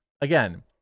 Again